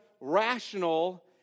rational